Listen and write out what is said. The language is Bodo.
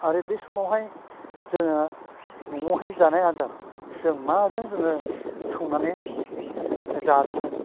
आरो बे समावहाय जोङो न'आवहाय जानाय आदार जों माजों जोङो संनानै जादोंमोन